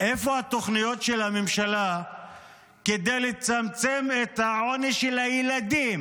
איפה התוכניות של הממשלה כדי לצמצם את העוני של הילדים?